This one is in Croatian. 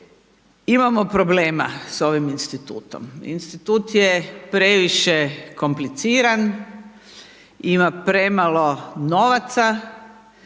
imamo problema s ovim institutom. Institut je previše kompliciran, ima premalo novaca